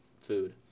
food